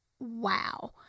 Wow